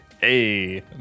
Hey